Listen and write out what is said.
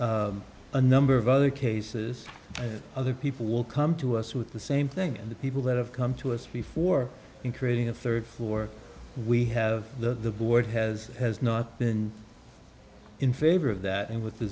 a number of other cases other people will come to us with the same thing and the people that have come to us before in creating a third floor we have the board has has not been in favor of that and with the